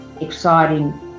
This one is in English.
exciting